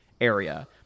area